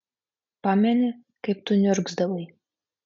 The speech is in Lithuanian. pameni kaip tu niurgzdavai